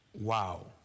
Wow